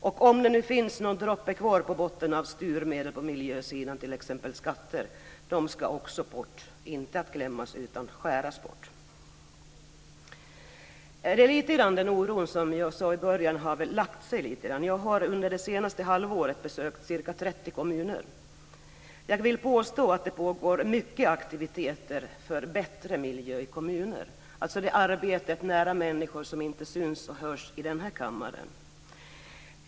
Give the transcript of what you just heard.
Om det nu finns någon droppe kvar på botten när det gäller styrmedel på miljösidan, t.ex. skatter, så ska de också bort - inte klämmas ut utan skäras bort. Lite grann av den oro jag nämnde i början har väl lagt sig. Jag har under det senaste halvåret besökt ca 30 kommuner. Jag vill påstå att det pågår mycket aktiviteter för bättre miljö i kommunerna, det arbete nära människor som inte syns och hörs i den här kammaren.